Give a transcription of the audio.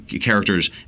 characters